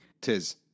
Tis